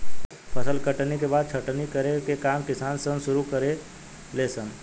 फसल के कटनी के बाद छटनी करे के काम किसान सन शुरू करे ले सन